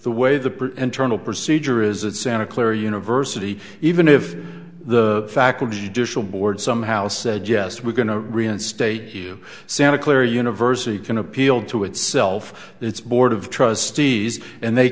the way internal procedure is that santa clara university even if the faculty dishful board somehow said yes we're going to reinstate you santa clara university can appeal to itself its board of trustees and they